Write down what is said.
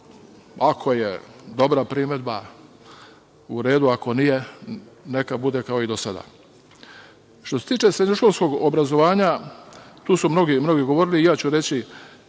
ako je dobra primedba - u redu, ako nije neka bude kao i do sada. Što se tiče srednjoškolskog obrazovanja, tu su mnogi govorili i ja ću reći